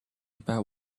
about